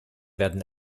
werden